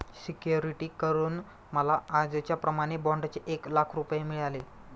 security करून मला आजच्याप्रमाणे बाँडचे एक लाख रुपये मिळाले